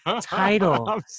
title